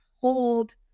hold